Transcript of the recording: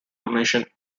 donation